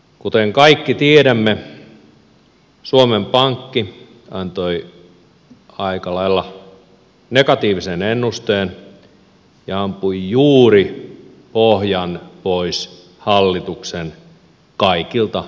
kuten kaikki tiedämme suomen pankki antoi aika lailla negatiivisen ennusteen ja ampui juuri pohjan pois hallituksen kaikilta esityksiltä